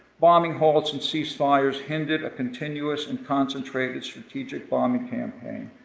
bombing halts and cease fires hindered a continuous and concentrated strategic bombing campaign.